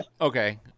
okay